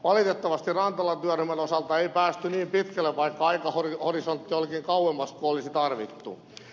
valitettavasti rantalan työryhmän osalta ei päästy niin pitkälle vaikka aikahorisontti olikin kauemmas kuin olisi tarvittu